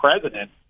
president